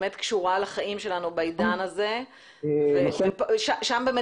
שבאמת קשורה לחיים שלנו בעידן הזה ושם באמת